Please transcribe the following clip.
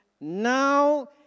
Now